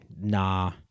nah